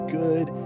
good